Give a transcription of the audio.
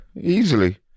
easily